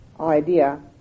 idea